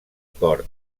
cor